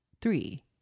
Three